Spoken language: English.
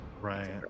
Right